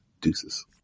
Deuces